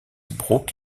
brooks